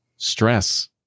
stress